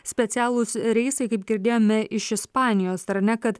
specialūs reisai kaip girdėjome iš ispanijos ar ne kad